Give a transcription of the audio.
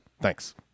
thanks